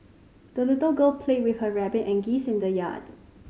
the little girl played with her rabbit and geese in the yard